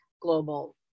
global